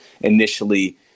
initially